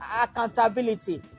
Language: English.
accountability